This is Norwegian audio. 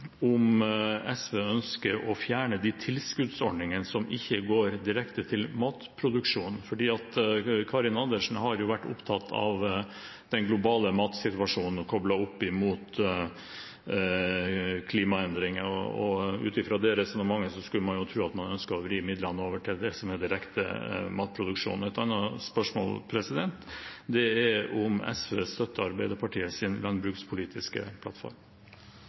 hvorvidt SV ønsker å fjerne de tilskuddsordningene som ikke går direkte til matproduksjon. Karin Andersen har jo vært opptatt av den globale matsituasjonen koblet opp mot klimaendringer, og ut fra det resonnementet skulle man tro at man ønsket å vri midlene over til det som er direkte matproduksjon. Et annet spørsmål er om SV støtter Arbeiderpartiets landbrukspolitiske plattform.